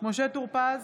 משה טור פז,